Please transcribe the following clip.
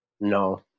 no